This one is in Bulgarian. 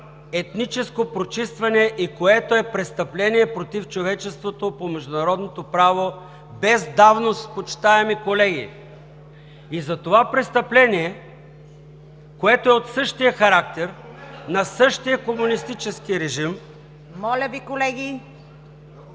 етническо прочистване, и е престъпление против човечеството по международното право, без давност, почитаеми колеги?! За това престъпление, което е от същия характер, на същия комунистически режим… (Реплики